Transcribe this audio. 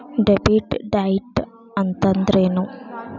Debit date ಅಂತಂದ್ರೇನು?